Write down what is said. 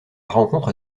rencontre